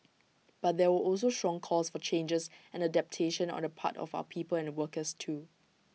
but there were also strong calls for changes and adaptation on the part of our people and workers too